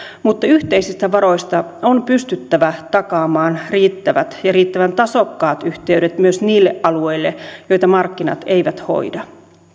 mutta yhteisistä varoista on pystyttävä takaamaan riittävät ja riittävän tasokkaat yhteydet myös niille alueille joita markkinat eivät hoida